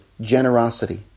generosity